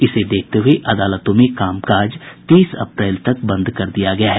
इसे देखते हुये अदालतों में कामकाज तीस अप्रैल तक बंद कर दिया गया है